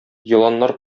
еланнар